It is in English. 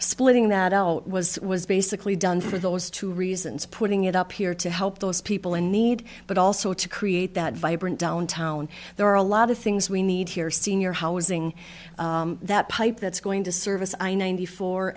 splitting that out was was basically done for those two reasons putting it up here to help those people in need but also to create that vibrant downtown there are a lot of things we need here senior housing that pipe that's going to service i ninety four